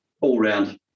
all-round